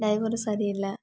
ட்ரைவரும் சரி இல்லை